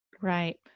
Right